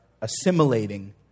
assimilating